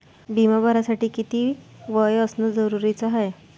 बिमा भरासाठी किती वय असनं जरुरीच हाय?